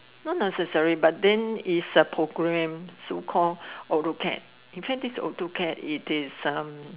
not necessary but then is a program so called AutoCAD in fact this AutoCAD it is um